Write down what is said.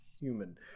human